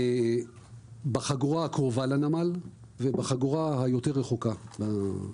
בחגורה הקרובה לנמל ובחגורה הרחוקה יותר.